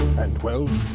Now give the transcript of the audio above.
and well,